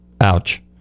ouch